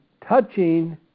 touching